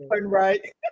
right